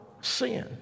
sin